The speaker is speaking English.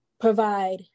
provide